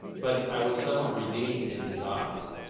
but i was somewhat redeemed in his eyes,